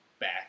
back